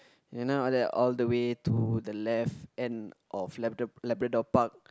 you know that all the way to the left and of Lab~ Labrador-Park